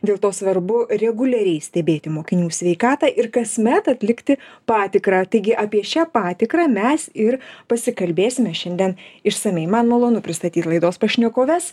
dėl to svarbu reguliariai stebėti mokinių sveikatą ir kasmet atlikti patikrą taigi apie šią patikrą mes ir pasikalbėsime šiandien išsamiai man malonu pristatyt laidos pašnekoves